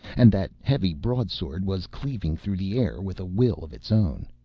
and that heavy broadsword was cleaving through the air with a will of its own.